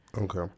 Okay